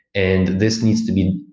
and this needs to be,